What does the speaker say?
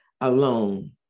alone